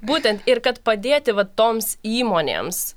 būtent ir kad padėti va toms įmonėms